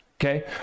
okay